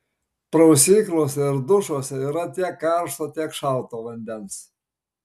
prausyklose ir dušuose yra tiek karšto tiek šalto vandens